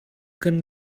kan